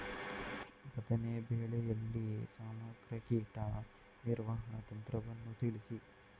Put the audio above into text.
ಬದನೆ ಬೆಳೆಯಲ್ಲಿ ಸಮಗ್ರ ಕೀಟ ನಿರ್ವಹಣಾ ತಂತ್ರವನ್ನು ತಿಳಿಸಿ?